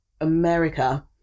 America